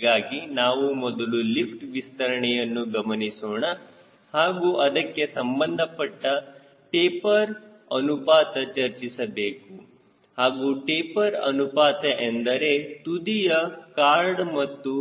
ಹೀಗಾಗಿ ನಾವು ಮೊದಲು ಲಿಫ್ಟ್ ವಿಸ್ತರಣೆಯನ್ನು ಗಮನಿಸೋಣ ಹಾಗೂ ಅದಕ್ಕೆ ಸಂಬಂಧಪಟ್ಟ ಟೆಪರ್ ಅನುಪಾತ ಚರ್ಚಿಸಬೇಕು ಹಾಗೂ ಟೆಪರ್ ಅನುಪಾತ ಎಂದರೆ ತುದಿಯ ಕಾರ್ಡ್ ಮತ್ತು